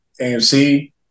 AMC